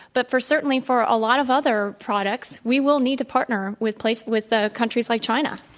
but for certainly for a lot of other products we will need to partner with place with ah countries like china.